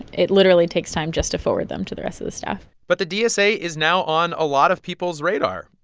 it literally takes time just to forward them to the rest of the staff but the dsa is now on a lot of people's radar.